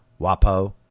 WAPO